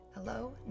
hello